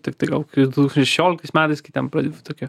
tiktai gal kokie du tūkstančiai šešioliktais metais kai ten pradedi tokį